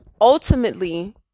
Ultimately